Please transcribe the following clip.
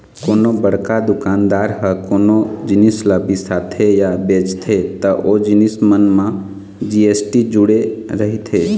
कोनो बड़का दुकानदार ह कोनो जिनिस ल बिसाथे या बेचथे त ओ जिनिस मन म जी.एस.टी जुड़े रहिथे